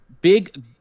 big